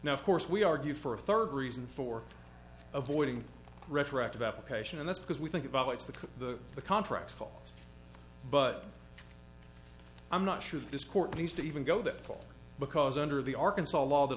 now of course we are due for a third reason for avoiding retroactive application and that's because we think about what's the the contract talks but i'm not sure this court needs to even go that far because under the arkansas law that